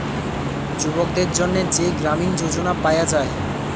যুবকদের জন্যে যেই গ্রামীণ যোজনা পায়া যায়